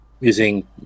Using